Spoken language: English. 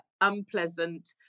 unpleasant